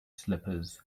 slippers